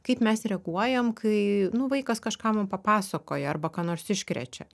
kaip mes reaguojam kai nu vaikas kažką mum papasakoja arba ką nors iškrečia